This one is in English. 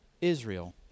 Israel